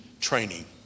training